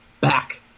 back